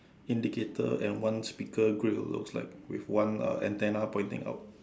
indicator and one speaker grey looks like with one uh antennae pointing out